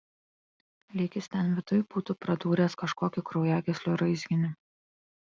lyg jis ten viduj būtų pradūręs kažkokį kraujagyslių raizginį